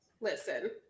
listen